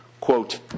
quote